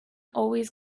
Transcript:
always